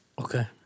Okay